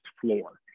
floor